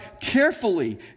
carefully